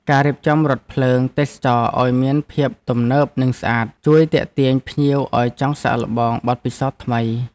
ការរៀបចំរថភ្លើងទេសចរណ៍ឱ្យមានភាពទំនើបនិងស្អាត ជួយទាក់ទាញភ្ញៀវឱ្យចង់សាកល្បងបទពិសោធន៍ថ្មី។